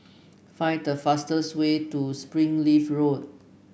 find the fastest way to Springleaf Road